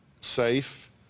safe